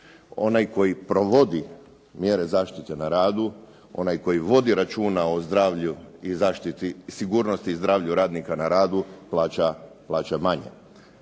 onaj koji provodi mjere zaštite na radu, onaj koji vodi računa o zdravlju i zaštiti sigurnosti i zdravlju radnika na radu plaća manje.